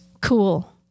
Cool